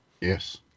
Yes